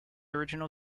original